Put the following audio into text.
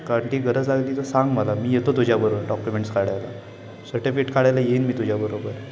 काहीही गरज आली तर सांग मला मी येतो तुझ्याबरोबर डॉक्युमेंट्स काढायला सर्टिफेट काढायला येईन मी तुझ्याबरोबर